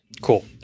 cool